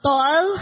Tall